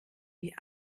wie